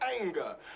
anger